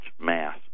mass